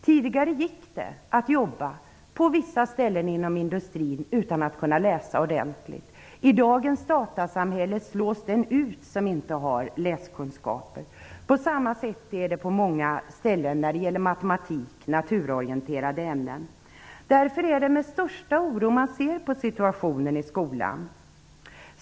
Tidigare gick det att jobba på vissa ställen inom industrin utan att kunna läsa ordentligt. I dagens datasamhälle slås den ut som inte har läskunskaper. På samma sätt är det på många ställen när det gäller matematik och naturorienterade ämnen. Därför är det med största oro man ser på situationen i skolan.